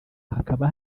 hakaba